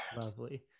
Lovely